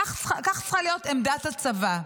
כך צריכה להיות עמדת הצבא,